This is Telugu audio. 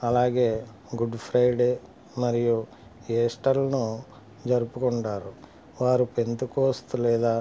అలాగే గుడ్ ఫ్రైడే మరియు ఈస్టర్లను జరుపుకుంటారు వారు పెంత్ కోస్త్ లేదా